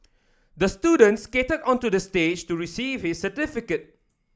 the student skated onto the stage to receive his certificate